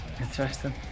Interesting